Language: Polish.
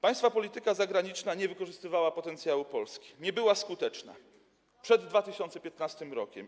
Państwa polityka zagraniczna nie wykorzystywała potencjału Polski, nie była skuteczna przed 2015 r.